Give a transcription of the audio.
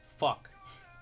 Fuck